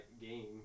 game